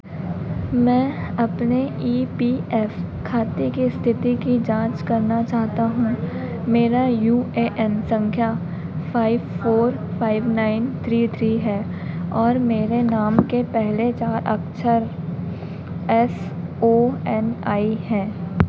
मैं अपने E P F खाते की स्थिति की जाँच करना चाहता हूँ मेरा यू ए एन संख्या five four five nine three three है और मेरे नाम के पहले चार अक्षर एस ओ एन आई हैं